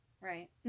Right